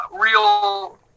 real